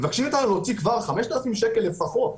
מבקשים מאיתנו להוציא כבר 5,000 שקל לפחות,